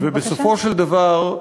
בסופו של דבר,